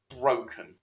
broken